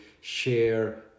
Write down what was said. share